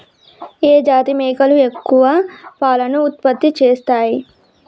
ఏ జాతి మేకలు ఎక్కువ పాలను ఉత్పత్తి చేస్తయ్?